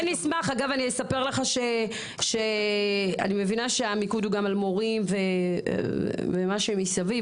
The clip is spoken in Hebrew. אני מבינה שהמיקוד הוא גם על מורים וכל מה שמסביב.